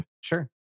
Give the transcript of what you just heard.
sure